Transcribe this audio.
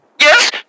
Yes